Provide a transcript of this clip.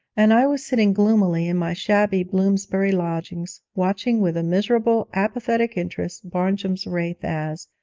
and i was sitting gloomily in my shabby bloomsbury lodgings, watching with a miserable, apathetic interest barnjum's wraith as,